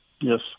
Yes